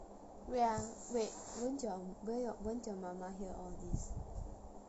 wait ah wait won't your where your won't your 妈妈 hear all these